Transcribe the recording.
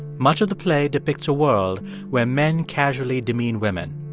much of the play depicts a world where men casually demean women.